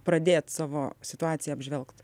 pradėt savo situaciją apžvelgt